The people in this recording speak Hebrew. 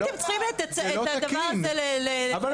מי היה בחדר?